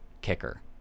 kicker